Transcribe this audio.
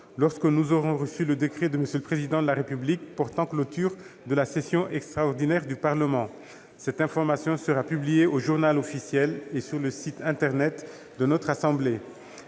lorsque nous aurons reçu le décret de M. le Président de la République portant clôture de la session extraordinaire du Parlement. Cette information sera publiée au et sur le site internet de notre assemblée.